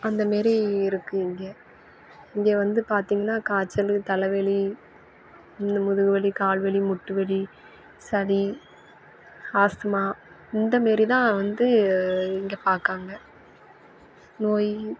அந்த மாரி இருக்குது இங்கே இங்கே வந்து பார்த்தீங்கன்னா காய்ச்சல் தலைவலி இந்த முதுகு வலி கால் வலி முட்டு வலி சளி ஆஸ்துமா இந்த மாரி தான் வந்து இங்கே பார்க்காங்க நோய்